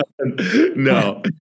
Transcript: no